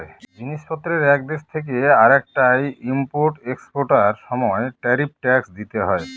জিনিস পত্রের এক দেশ থেকে আরেকটায় ইম্পোর্ট এক্সপোর্টার সময় ট্যারিফ ট্যাক্স দিতে হয়